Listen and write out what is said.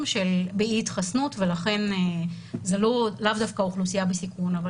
באי התחסנות ולכן זאת לאו דווקא אוכלוסייה בסיכון אבל